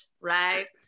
right